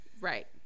right